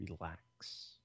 Relax